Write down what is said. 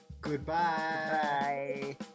Goodbye